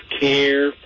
care